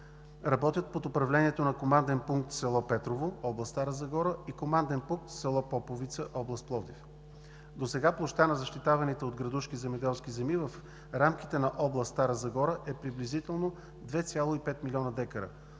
работят под управлението на команден пункт в село Петрово – област Стара Загора, и команден пункт в село Поповица – област Пловдив. Досега площта на защитаваните от градушки земеделски земи в рамките на област Стара Загора е приблизително 2,5 млн. декара,